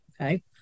Okay